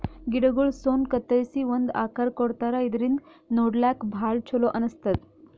ಗಿಡಗೊಳ್ ಸೌನ್ ಕತ್ತರಿಸಿ ಒಂದ್ ಆಕಾರ್ ಕೊಡ್ತಾರಾ ಇದರಿಂದ ನೋಡ್ಲಾಕ್ಕ್ ಭಾಳ್ ಛಲೋ ಅನಸ್ತದ್